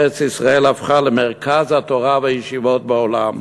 ארץ-ישראל הפכה למרכז התורה והישיבות בעולם.